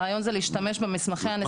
אבל הרעיון זה להשתמש במסמכי הנסיעה --- מה